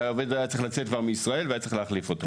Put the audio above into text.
העובד היה צריך לצאת מישראל והיה צריך להחליף אותו.